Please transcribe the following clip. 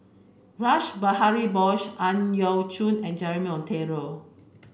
Rash Behari Bose Ang Yau Choon and Jeremy Monteiro